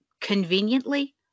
conveniently